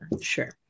sure